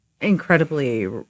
incredibly